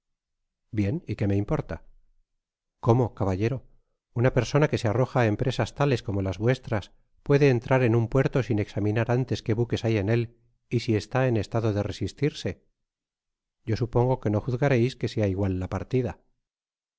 jbien y qué rae importa cómo caballero una persona que se arroja á empresas tales como las vuestras puede entrar en un puerto sin examinar antes que buques hay en él y si está en estado de resistirse yo supongo que no juzgareis que sea igual la partida